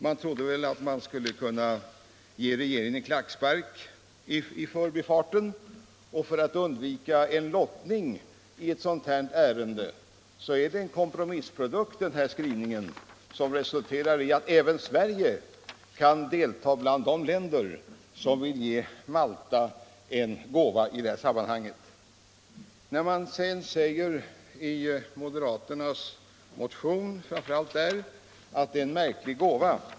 Man trodde väl att man skulle kunna ge regeringen en klackspark i förbifarten och för att undvika en lottning i ett sådant här ärende är den här skrivningen en kompromissprodukt, som resulterar i att även Sverige kan delta bland de länder som vill ge Malta en gåva. Man säger i moderaternas motion framför allt att det är en märklig gåva.